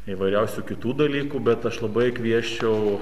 įvairiausių kitų dalykų bet aš labai kviesčiau